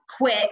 quit